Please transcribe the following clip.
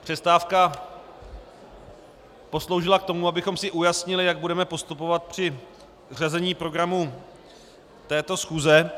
Přestávka posloužila k tomu, abychom si ujasnili, jak budeme postupovat při řazení programu této schůze.